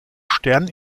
stern